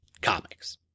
comics